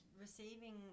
receiving